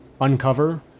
uncover